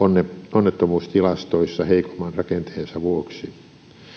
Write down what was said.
onnettomuustilastoissa heikomman rakenteensa vuoksi